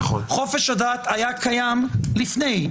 חופש הדת היה קיים לפני.